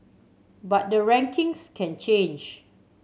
but the rankings can change